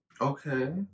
Okay